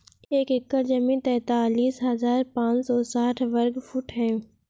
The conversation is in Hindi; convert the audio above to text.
एक एकड़ जमीन तैंतालीस हजार पांच सौ साठ वर्ग फुट है